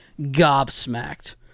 gobsmacked